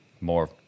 more